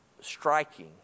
striking